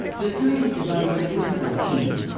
the site is divided into four teams.